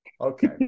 Okay